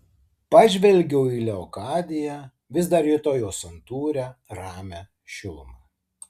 pažvelgiau į leokadiją vis dar jutau jos santūrią ramią šilumą